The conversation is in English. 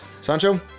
Sancho